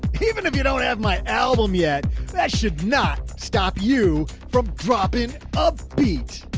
even if you don't have my album yet, that should not stop you from dropping of beach.